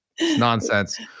Nonsense